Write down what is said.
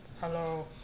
hello